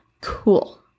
Cool